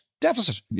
deficit